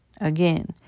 Again